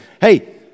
hey